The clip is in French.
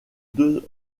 deux